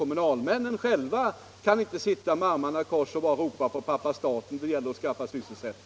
Kommunalmännen själva kan inte sitta med armarna i kors och bara ropa på ”pappa staten” då det gäller att skaffa sysselsättning.